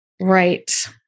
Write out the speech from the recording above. Right